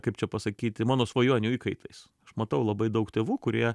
kaip čia pasakyti mano svajonių įkaitais matau labai daug tėvų kurie